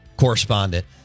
Correspondent